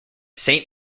saint